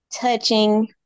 touching